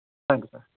thank you sir